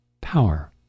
power